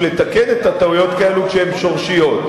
לתקן את הטעויות האלו כשהן שורשיות.